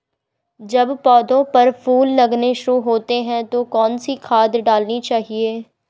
जब पौधें पर फूल लगने शुरू होते हैं तो कौन सी खाद डालनी चाहिए?